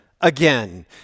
again